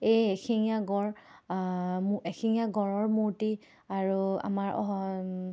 এই এশিঙীয়া গঁড় এশিঙীয়া গঁড়ৰ মূৰ্তি আৰু আমাৰ